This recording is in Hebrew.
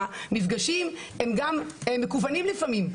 המפגשים הם גם מקוונים לפעמים.